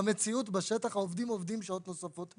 במציאות בשטח העובדים עובדים שעות נוספות,